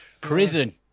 Prison